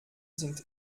sind